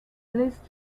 list